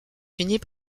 finit